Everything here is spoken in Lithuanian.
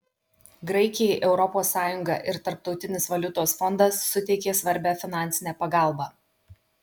graikijai europos sąjunga ir tarptautinis valiutos fondas suteikė svarbią finansinę pagalbą